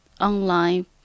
online